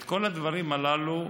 את כל הדברים הללו,